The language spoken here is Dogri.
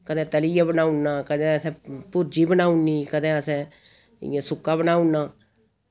कदै तलियै बनाऊना कदे असै भुर्जी बनाऊनी कदे असैं इय्यां सुक्का बनाऊना